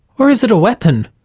or is it a weapon?